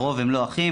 הרוב הם לא אחים,